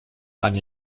ania